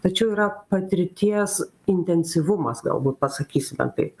tačiau yra patirties intensyvumas galbūt pasakysime taip